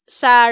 sa